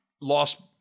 lost